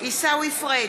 עיסאווי פריג'